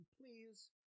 please